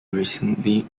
recently